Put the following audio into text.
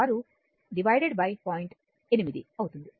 8 అవుతుంది